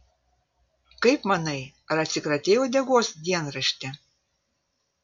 kaip manai ar atsikratei uodegos dienrašti